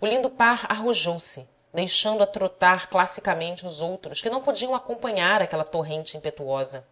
o lindo par arrojou-se deixando a trotar classicamente os outros que não podiam acompanhar aquela torrente impetuosa